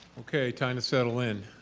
okay, time to settle in.